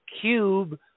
cube